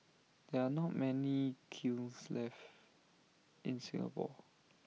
there are not many kilns left in Singapore